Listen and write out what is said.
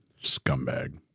Scumbag